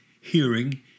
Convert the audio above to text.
hearing